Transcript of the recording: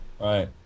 Right